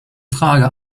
frage